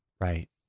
Right